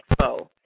Expo